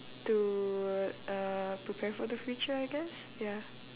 to uh prepare for the future I guess ya